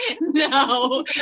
no